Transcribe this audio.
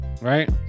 right